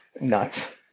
nuts